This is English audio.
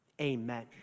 Amen